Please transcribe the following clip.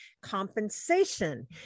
compensation